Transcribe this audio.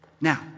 Now